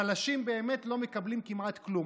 החלשים באמת לא מקבלים כמעט כלום.